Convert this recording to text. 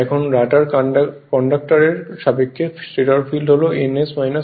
এখন রটার কন্ডাকটরের সাপেক্ষে স্টেটর ফিল্ড হল ns n